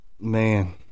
Man